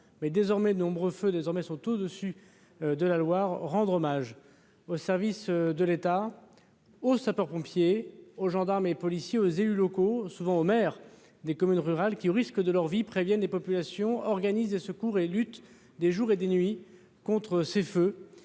Burgoa, comme vous, je voudrais rendre hommage aux services de l'État, aux sapeurs-pompiers, aux gendarmes et policiers, aux élus locaux, souvent des maires de communes rurales, qui, au risque de leur vie, préviennent les populations, organisent les secours et luttent des jours et des nuits contre ces feux,